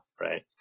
right